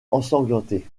ensanglanté